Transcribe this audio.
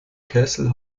castle